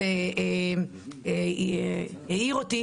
העיר אותי,